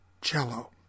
Cello